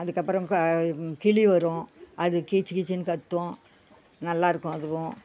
அதுக்கப்புறம் க கிளி வரும் அது கீச் கீச்சுன்னு கத்தும் நல்லாயிருக்கும் அதுவும்